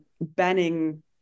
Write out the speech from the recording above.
banning